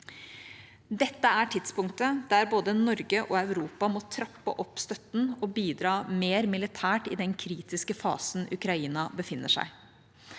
Dette er tidspunktet da både Norge og Europa må trappe opp støtten og bidra mer militært i den kritiske fasen Ukraina befinner seg